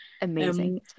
Amazing